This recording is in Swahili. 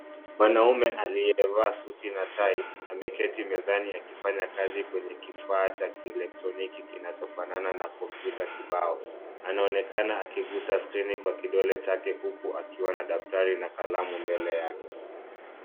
Mwanaume aliyevaa suti na tai ameketi mezani akifanya kazi kwenye kifaa cha kieletroniki kinacho fanana na kompyuta kipao, anaonekana akikusa skrini kwa kidole chake huku akiwa na daftari na kalamu mbele yake.